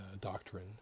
doctrine